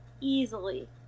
easily